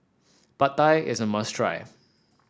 Pad Thai is a must try